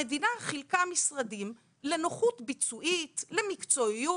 המדינה חילקה משרדים לנוחות ביצועית, למקצועיות.